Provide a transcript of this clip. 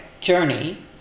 journey